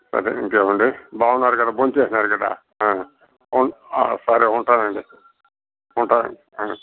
సరే ఇంకేమి అండి బాగున్నారు కదా భోంచేసినారు కదా ఉం సరే ఉంటాను అండి ఉంటాను అండి